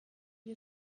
wie